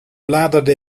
bladerde